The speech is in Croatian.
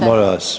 Molim vas.